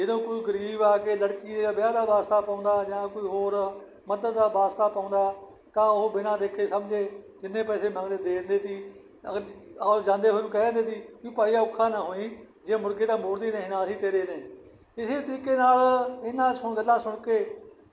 ਜਦੋਂ ਕੋਈ ਗਰੀਬ ਆ ਕੇ ਲੜਕੀ ਦੇ ਵਿਆਹ ਦਾ ਵਾਸਤਾ ਪਾਉਂਦਾ ਜਾਂ ਕੋਈ ਹੋਰ ਮਦਦ ਦਾ ਵਾਸਤਾ ਪਾਉਂਦਾ ਤਾਂ ਉਹ ਬਿਨਾਂ ਦੇਖੇ ਸਮਝੇ ਜਿੰਨੇ ਪੈਸੇ ਮੰਗਦੇ ਦੇ ਦਿੰਦੇ ਸੀ ਓ ਓਰ ਜਾਂਦੇ ਹੋਏ ਨੂੰ ਵੀ ਕਹਿ ਦਿੰਦੇ ਸੀ ਵੀ ਭਾਈ ਔਖਾ ਨਾ ਹੋਈ ਜੇ ਮੁੜ ਗਏ ਤਾਂ ਮੋੜ ਦੀ ਨਹੀਂ ਨਾ ਸੀ ਤੇਰੇ ਨੇ ਇਸੇ ਤਰੀਕੇ ਨਾਲ ਇਹਨਾਂ ਸੁ ਗੱਲਾਂ ਸੁਣ ਕੇ